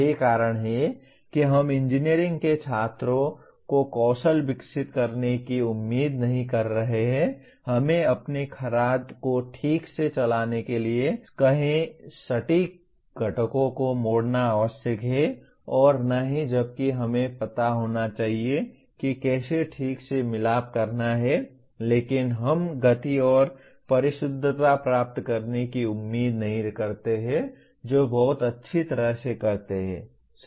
यही कारण है कि हम इंजीनियरिंग के छात्रों को कौशल विकसित करने की उम्मीद नहीं कर रहे हैं हमें अपने खराद को ठीक से चलाने के लिए कहें सटीक घटकों को मोड़ना आवश्यक है और न ही जबकि हमें पता होना चाहिए कि कैसे ठीक से मिलाप करना है लेकिन हम गति और परिशुद्धता प्राप्त करने की उम्मीद नहीं करते हैं जो बहुत अच्छी तरह से करते हैं सही है